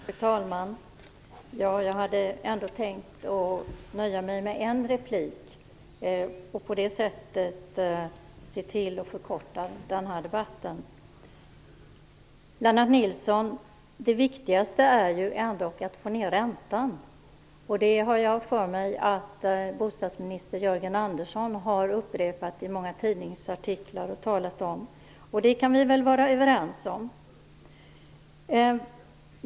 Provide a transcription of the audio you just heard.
Fru talman! Jag hade ändå tänkt att nöja mig med en replik och på det sättet se till att förkorta denna debatt. Det viktigaste är ju ändå att få ned räntan, Lennart Nilsson. Jag har för mig att bostadsminister Jörgen Andersson har talat om det i många tidningsartiklar. Det kan vi väl vara överens om.